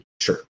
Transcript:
sure